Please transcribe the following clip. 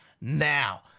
now